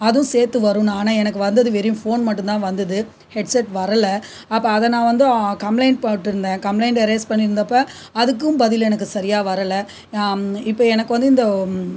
அதுவும் சேர்த்து வரும்னு ஆனால் எனக்கு வந்தது வெறும் ஃபோன் மட்டுந்தான் வந்தது ஹெட்செட் வரலை அப்போ அதை நான் வந்து கம்ப்ளைண்ட் போட்டுருந்தேன் கம்ப்ளைண்ட்டை ரைஸ் பண்ணிருந்தப்போ அதுக்கும் பதில் எனக்கு சரியாக வரலை இப்போ எனக்கு வந்து இந்த